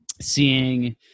seeing